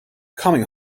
coming